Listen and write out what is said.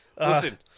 Listen